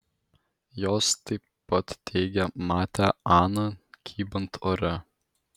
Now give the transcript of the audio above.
jos taip pat teigė matę aną kybant ore